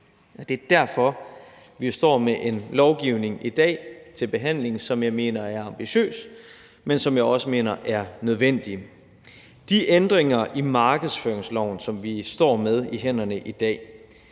det er derfor, vi i dag står med en lovgivning til behandling, som jeg mener er ambitiøs, men som jeg også mener er nødvendig. De ændringer i markedsføringsloven, som vi står med i hænderne i dag,